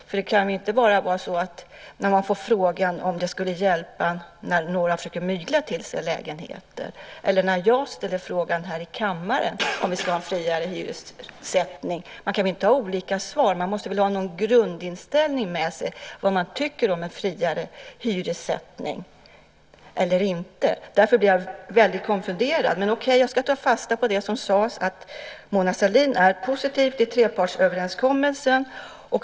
Man kan inte ha olika svar när man får frågan om det skulle hjälpa när några försöker mygla till sig lägenheter eller när jag ställer frågan här i kammaren om vi ska ha friare hyressättning. Man måste väl ha en grundinställning. Tycker man att vi ska ha en friare hyressättning eller inte? Därför blir jag väldigt konfunderad. Men, okej, jag ska ta fasta på det som sades, att Mona Sahlin är positiv till trepartsöverenskommelsen.